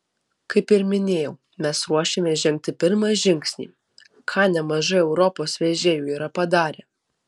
kaip ir minėjau mes ruošiamės žengti pirmą žingsnį ką nemažai europos vežėjų yra padarę